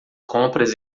compras